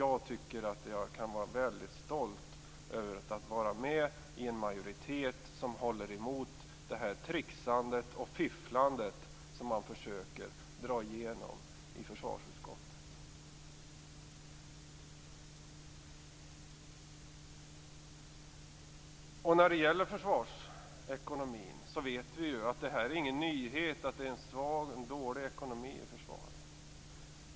Jag tycker att jag kan vara väldigt stolt över att vara med i en majoritet som håller emot detta trixande och fifflande som man försöker dra igenom i försvarsutskottet. Det är ingen nyhet att det är en svag och dålig ekonomi i försvaret.